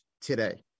today